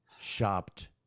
shopped